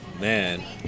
man